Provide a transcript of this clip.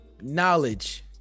knowledge